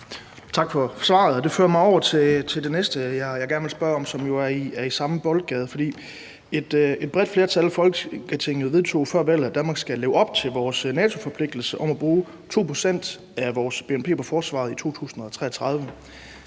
Tak for svaret. Det fører mig over til det næste, jeg gerne vil spørge om, som jo er i samme boldgade. For et bredt flertal i Folketinget vedtog før valget, at Danmark skal leve op til vores NATO-forpligtelse om at bruge 2 pct. af vores bnp på forsvaret i 2033.